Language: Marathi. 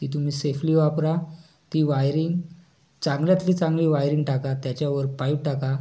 ती तुम्ही सेफली वापरा ती वायरिंग चांगल्यातली चांगली वायरिंग टाका त्याच्यावर पाईप टाका